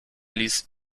ließ